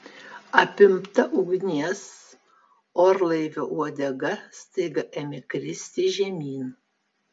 apimta ugnies orlaivio uodega staiga ėmė kristi žemyn